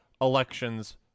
elections